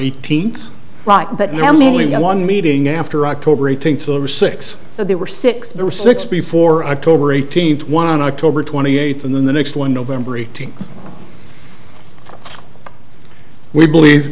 eighteenth right but now merely one meeting after october eighteenth or six but there were six there were six before october eighteenth one on october twenty eighth and then the next one november eighteenth we believe